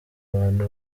abantu